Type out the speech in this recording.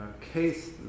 case